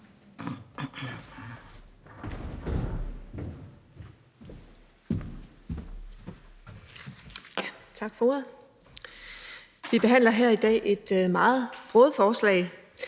Vi behandler her i dag et meget broget forslag,